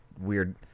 weird